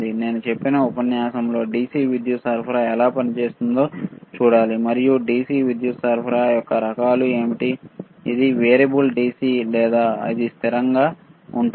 నేను చెప్పిన ఉపన్యాసంలో DC విద్యుత్ సరఫరా ఎలా పనిచేస్తుందో చూడాలి మరియు DC విద్యుత్ సరఫరా యొక్క రకాలు ఏమిటి అది వేరియబుల్ DC లేదా అది స్థిరంగా ఉంటుంది